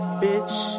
bitch